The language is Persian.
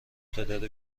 تعداد